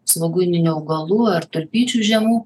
svogūninių augalų ar tulpyčių žemų